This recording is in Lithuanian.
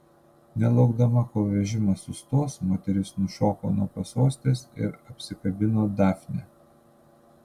nelaukdama kol vežimas sustos moteris nušoko nuo pasostės ir apsikabino dafnę